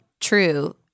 true